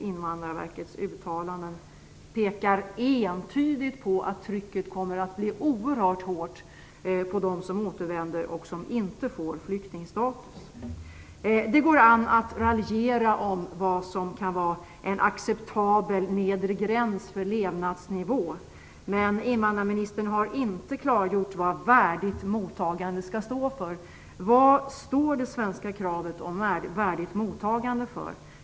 Invandrarverkets uttalanden pekar entydigt på att trycket kommer att bli oerhört hårt på dem som återvänder och inte får flyktingstatus. Det går an att raljera om vad som kan vara en acceptabel nedre gräns för levnadsnivå. Men invandrarministern har inte klargjort vad "värdigt mottagande" skall stå för. Vad står det svenska kravet om värdigt mottagande för?